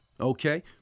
Okay